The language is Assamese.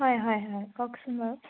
হয় হয় হয় কওকচোন বাৰু